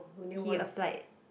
he applied